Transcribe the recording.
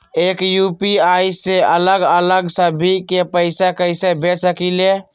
एक यू.पी.आई से अलग अलग सभी के पैसा कईसे भेज सकीले?